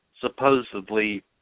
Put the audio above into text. supposedly